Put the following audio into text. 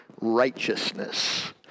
righteousness